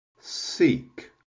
seek